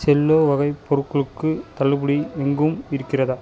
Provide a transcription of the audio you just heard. Cello வகை பொருள்களுக்கு தள்ளுபடி எங்கும் இருக்கிறதா